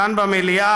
כאן במליאה,